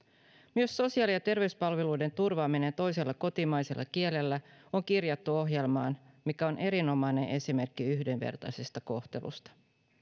myös sosiaali ja terveyspalveluiden turvaaminen toisella kotimaisella kielellä on kirjattu ohjelmaan mikä on erinomainen esimerkki yhdenvertaisesta kohtelusta